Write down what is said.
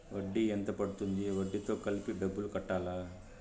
వడ్డీ ఎంత పడ్తుంది? వడ్డీ తో కలిపి డబ్బులు కట్టాలా?